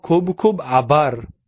આપનો ખૂબ ખૂબ આભાર